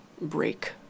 break